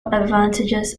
advantages